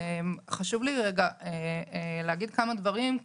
חשוב לי רגע להגיד כמה דברים,